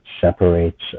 separates